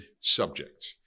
subjects